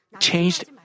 changed